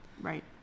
Right